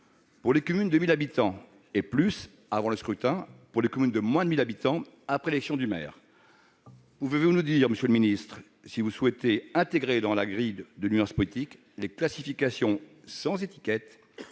Pour les communes de 1 000 habitants et plus, c'est avant le scrutin ; pour les communes de moins de 1 000 habitants, c'est après l'élection du maire. Pouvez-vous nous dire, monsieur le ministre, si vous souhaitez intégrer dans la grille des nuances politiques les classifications « sans étiquette